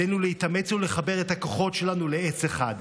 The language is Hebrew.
עלינו להתאמץ ולחבר את הכוחות שלנו לעץ אחד.